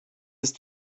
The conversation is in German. ist